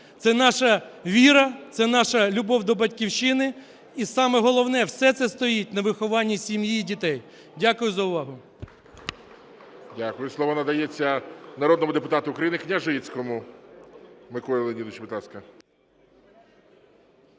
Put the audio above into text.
це наша віра, це наша любов до Батьківщини. І саме головне - все це стоїть на вихованні сім'ї і дітей. Дякую за увагу. ГОЛОВУЮЧИЙ. Дякую. Слово надається народному депутату України Княжицькому Миколі Леонідовичу, будь ласка.